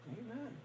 Amen